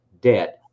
dead